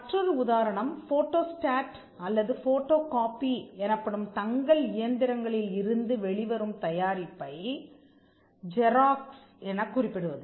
மற்றொரு உதாரணம் photostat அல்லது போட்டோ காப்பி எனப்படும் தங்கள் இயந்திரங்களில் இருந்து வெளிவரும் தயாரிப்பை ஜெராக்ஸ் எனக் குறிப்பிடுவது